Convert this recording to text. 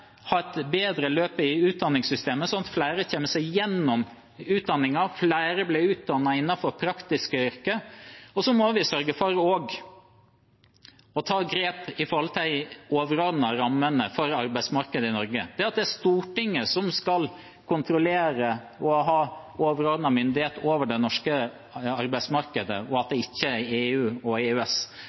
ha et bedre løp i utdanningssystemet, slik at flere kommer seg gjennom utdanningen og flere blir utdannet innenfor praktiske yrker. Vi må sørge for å ta grep med tanke på de overordnede rammene for arbeidsmarkedet i Norge, ved at det er Stortinget som skal kontrollere og ha overordnet myndighet over det norske arbeidsmarkedet, og at det ikke er EU og EØS.